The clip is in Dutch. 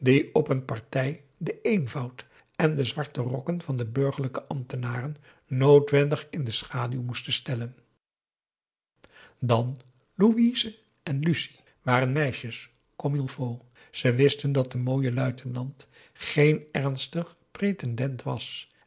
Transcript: op een partij den eenvoud en de zwarte rokken van de burgerlijke ambtenaren noodwendig in de schaduw moesten stellen p a daum de van der lindens c s onder ps maurits dan louise en lucie waren meisjes c o m m e i l f a u t ze wisten dat de mooie luitenant geen ernstig pretendent was